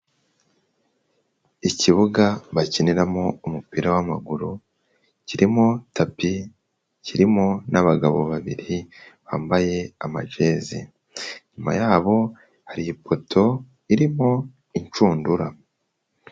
Ikibuga bakinira mo umupira w'amaguru kirimo tapi, kirimo n'abagabo babiri bambaye amajezi, inyuma yabo hari ipoto irimo inshundura.